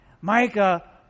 Micah